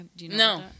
No